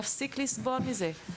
להפסיק לסבול מזה.